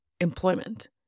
employment